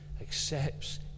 accepts